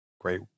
great